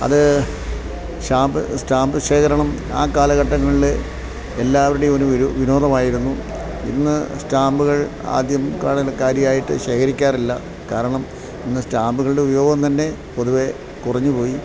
അത് സ്റ്റാമ്പ് ശേഖരണം ആ കാലഘട്ടങ്ങളില് എല്ലാവരുടെയും ഒരു വിനോദമായിരുന്നു ഇന്ന് സ്റ്റാമ്പുകൾ ആദ്യം കാര്യമായിട്ടു ശേഖരിക്കാറില്ല കാരണം ഇന്ന് സ്റ്റാമ്പുകളുടെ ഉപയോഗം തന്നെ പൊതുവേ കുറഞ്ഞു പോയി